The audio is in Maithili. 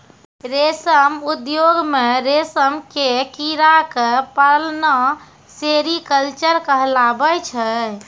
रेशम उद्योग मॅ रेशम के कीड़ा क पालना सेरीकल्चर कहलाबै छै